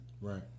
Right